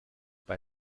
bei